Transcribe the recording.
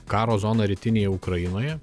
karo zoną rytinėje ukrainoje